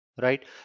right